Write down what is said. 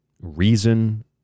reason